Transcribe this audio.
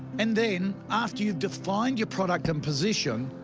and then, after you've defined your product and position,